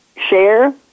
share